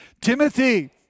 Timothy